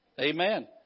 Amen